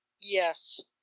Yes